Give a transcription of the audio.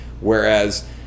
whereas